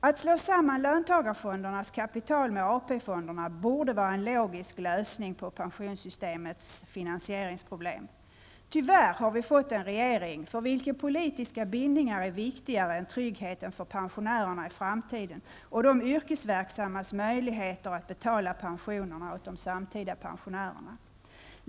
Att slå samman löntagarfondernas kapital med AP fonderna borde vara en logisk lösning på pensionssystemets finansieringsproblem. Tyvärr har vi fått en regering för vilken politiska bindningar är viktigare än tryggheten för pensionärerna i framtiden och de yrkesverksammas möjlighet att betala pensionerna åt de samtida pensionärerna.